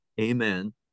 amen